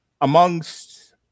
amongst